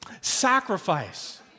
Sacrifice